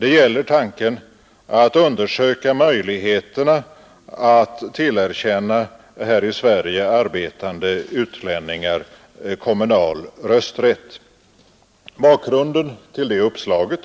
Det gäller tanken att undersöka möjligheterna att tillerkänna här i Sverige arbetande utlänningar kommunal rösträtt. Bakgrunden till detta uppslag,